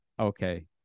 okay